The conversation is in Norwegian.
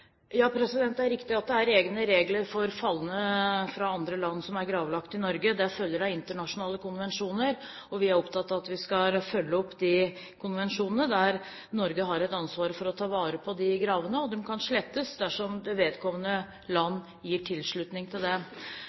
er riktig at det er egne regler for falne fra andre land som er gravlagt i Norge. Det følger av internasjonale konvensjoner. Vi er opptatt av at vi skal følge opp de konvensjonene som gir Norge et ansvar for å ta vare på gravene, og de kan slettes dersom vedkommende land gir tilslutning til det.